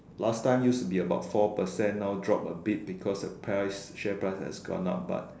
last time used to be about four percent now drop a bit because the price share price has gone up but